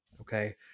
Okay